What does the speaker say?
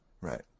Right